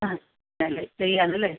ആ മെല്ലെ ചെയ്യാൻ അല്ലേ